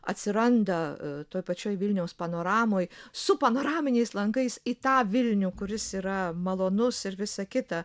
atsiranda toj pačioj vilniaus panoramoj su panoraminiais langais į tą vilnių kuris yra malonus ir visa kita